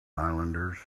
islanders